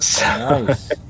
Nice